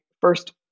first